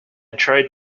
tried